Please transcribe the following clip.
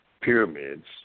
pyramids